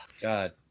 god